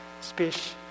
speech